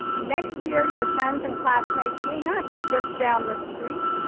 next year, your friends and classmates may not be just down the street,